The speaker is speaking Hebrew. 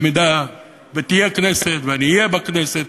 אם תהיה כנסת ואני אהיה בכנסת,